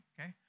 okay